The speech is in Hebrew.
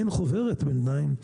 אין חוברת בינתיים.